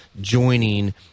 joining